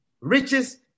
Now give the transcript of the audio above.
Riches